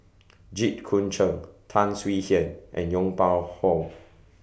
Jit Koon Ch'ng Tan Swie Hian and Yong Pung How